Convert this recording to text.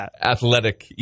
athletic